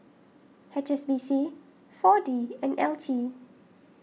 H S B C four D and L T